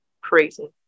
crazy